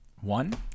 One